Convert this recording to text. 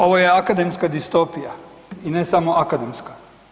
Ovo je akademska distopija, i ne samo akademska.